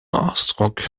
ausdruck